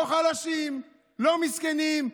לא חלשים, לא מסכנים,